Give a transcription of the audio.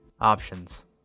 Options